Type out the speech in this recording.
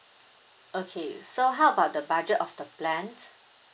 okay so how about the budget of the plan